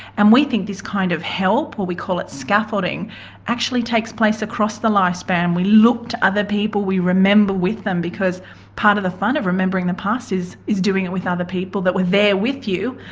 and we think this kind of help we call it scaffolding actually takes place across the lifespan, we look to other people, we remember with them because part of the fun of remembering the past is is doing it with other people that were there with you,